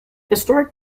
historic